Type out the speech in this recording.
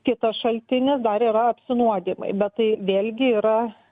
kitas šaltinis dar yra apsinuodijimai bet tai vėlgi yra